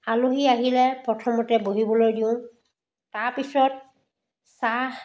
আলহী আহিলে প্ৰথমতে বহিবলৈ দিওঁ তাৰপিছত চাহ